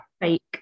fake